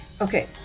Okay